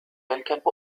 الكلب